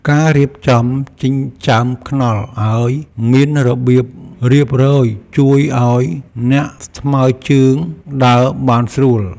ការរៀបចំចិញ្ចើមថ្នល់ឱ្យមានរបៀបរៀបរយជួយឱ្យអ្នកថ្មើរជើងដើរបានស្រួល។